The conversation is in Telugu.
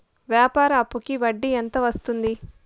వ్యాపార అప్పుకి వడ్డీ ఎంత వస్తుంది?